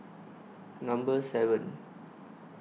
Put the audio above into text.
Number seven